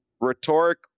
rhetoric